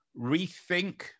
rethink